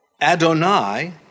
Adonai